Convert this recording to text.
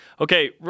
Okay